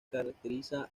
caracteriza